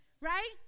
Right